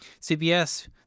CBS